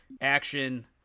action